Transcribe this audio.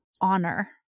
honor